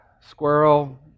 Squirrel